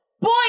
Boy